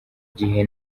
gihe